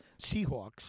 Seahawks